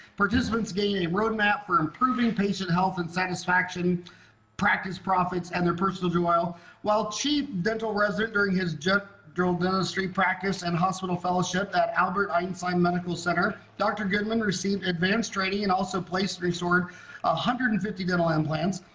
participants gaining a roadmap for improving patient health and satisfaction practice profits and their personal wealth. while while chief dental resident during his jet drill dentistry practice and hospital fellowship that albert einstein medical center dr. goodman received advanced training and also placed resort a hundred and fifty dental implants.